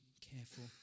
careful